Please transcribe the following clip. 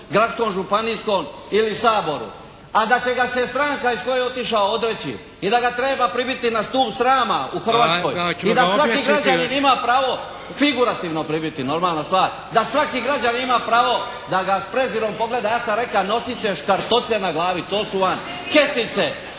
gradskom, županijskom ili Saboru. A da će ga se stranka iz koje je otišao odreći. I da ga treba pribiti na stup srama u Hrvatskoj. … /Upadica se ne razumije./ … I da svaki građanin ima pravo, figurativno pribiti normalna stvar, da svaki građanin ima pravo da ga s prezirom pogleda. Ja sam rekao nosit će škartoce na glavi. To su vam kesice,